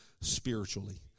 spiritually